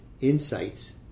insights